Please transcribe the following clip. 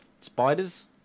spiders